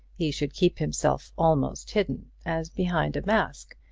he should keep himself almost hidden, as behind a mask,